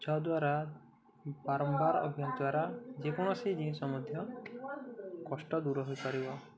ଯାହା ଦ୍ୱାରା ବାରମ୍ବାର ଅଭ୍ୟାସ ଦ୍ୱାରା ଯେକୌଣସି ଜିନିଷ ମଧ୍ୟ କଷ୍ଟ ଦୂର ହୋଇଇପାରିବ